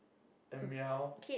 and meow